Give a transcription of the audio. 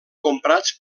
comprats